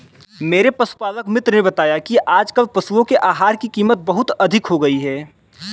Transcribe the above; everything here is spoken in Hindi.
मेरे पशुपालक मित्र ने बताया कि आजकल पशुओं के आहार की कीमत बहुत अधिक हो गई है